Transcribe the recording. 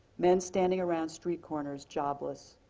men standing around street corners jobless.